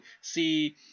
see